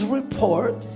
report